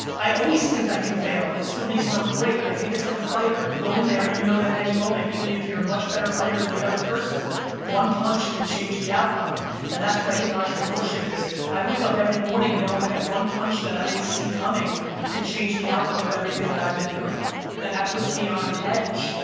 i always think i can fail. it's the reason i'm great i think it's like a fighter you go in there and you know that any moment even if you're a much better fighter than the other person one punch can change the outcome and that's what i think entrepreneurship is i wake up every morning knowing that one punch that i didn't see coming could change the outcome of everything that i've been doing and that puts me on an edge